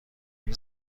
این